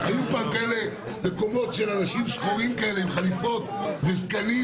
היו מקומות של אנשים שחורים כאלה עם חליפות וזקנים.